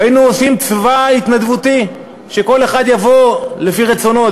והיינו עושים צבא התנדבותי שכל אחד יבוא לפי רצונו.